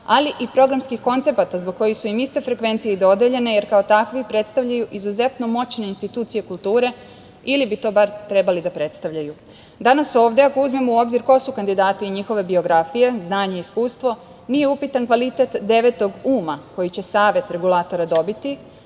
ali i programskih koncepata zbog kojih su im iste frekvencije i dodeljene, jer kao takvi predstavljaju izuzetno moćne institucije kulture ili bi to bar trebali da predstavljaju. Danas ovde ako uzmemo u obzir ko su kandidati i njihove biografije, znanje i iskustvo, nije upitan kvalitet devetog uma koji će Savet Regulatora dobiti,